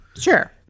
sure